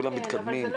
כולם מתקדמים,